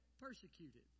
persecuted